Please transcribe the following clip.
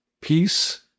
peace